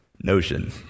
notion